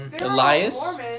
Elias